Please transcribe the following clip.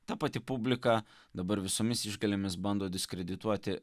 ta pati publika dabar visomis išgalėmis bando diskredituoti